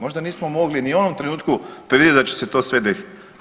Možda nismo mogli ni u onom trenutku predvidjeti da će se to sve desiti.